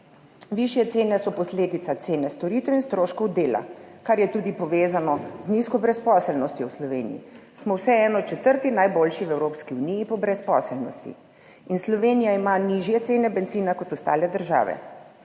višje cene so posledica cene storitev in stroškov dela, kar je povezano tudi z nizko brezposelnostjo v Sloveniji. Smo vseeno četrti najboljši v Evropski uniji po brezposelnosti in Slovenija ima nižje cene bencina kot ostale države.